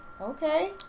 Okay